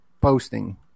posting